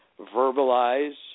verbalize